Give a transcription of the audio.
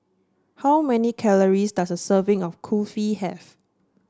how many calories does a serving of Kulfi have